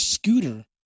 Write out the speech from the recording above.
scooter